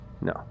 No